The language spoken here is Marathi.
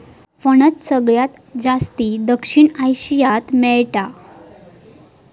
फणस सगळ्यात जास्ती दक्षिण आशियात मेळता